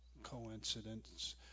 coincidence